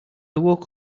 woke